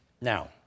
Now